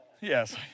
yes